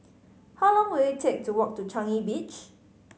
how long will it take to walk to Changi Beach